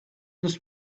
this